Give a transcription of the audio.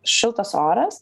šiltas oras